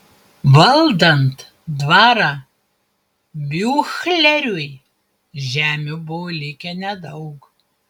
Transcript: valdant dvarą biuchleriui žemių buvo likę nedaug